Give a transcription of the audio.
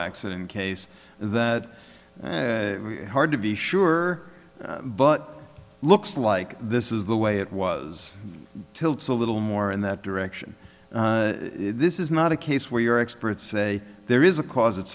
accident case that hard to be sure but looks like this is the way it was tilts a little more in that direction this is not a case where your experts say there is a cause it's